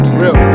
real